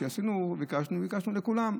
כשביקשנו, ביקשנו לכולם.